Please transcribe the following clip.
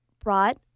brought